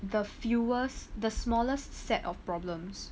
the fewest the smallest set of problems